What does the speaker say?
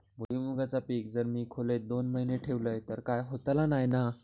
भुईमूगाचा पीक जर मी खोलेत दोन महिने ठेवलंय तर काय होतला नाय ना?